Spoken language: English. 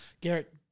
Garrett